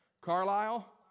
Carlisle